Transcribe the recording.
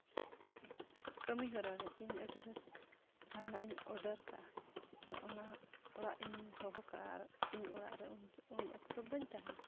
ᱠᱟᱹᱢᱤ ᱦᱚᱨᱟ ᱨᱮ ᱤᱧ ᱟᱜᱚᱨ ᱡᱟᱦᱟᱱᱟᱜ ᱤᱧ ᱚᱰᱟᱨ ᱠᱟᱜᱼᱟ ᱟᱨ ᱚᱱᱟ ᱚᱲᱟᱜ ᱤᱧ ᱦᱚᱦᱚ ᱠᱟᱜᱼᱟ ᱟᱨ ᱤᱧ ᱚᱲᱟᱜ ᱨᱮ ᱩᱱ ᱚᱠᱛᱚ ᱵᱟᱹᱧ ᱛᱟᱦᱮᱱᱟ